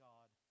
God